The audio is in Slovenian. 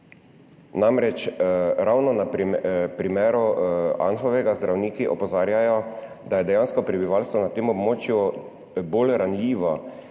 Ravno na primeru Anhovega namreč zdravniki opozarjajo, da je dejansko prebivalstvo na tem območju bolj ranljivo